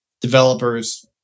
Developers